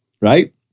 right